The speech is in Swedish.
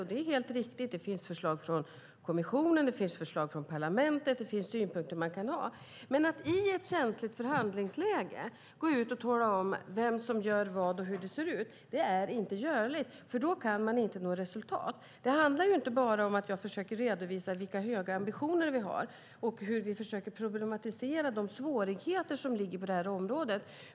Det är helt riktigt att det finns förslag från kommissionen och parlamentet, och det finns synpunkter man kan ha. Men att i ett känsligt förhandlingsläge gå ut och tala om vem som gör vad och hur det ser ut är inte görligt, för då kan man inte nå resultat. Det handlar inte bara om att jag försöker redovisa vilka höga ambitioner vi har och hur vi försöker problematisera de svårigheter som finns på det här området.